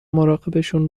مراقبشون